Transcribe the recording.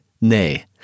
Nay